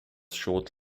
short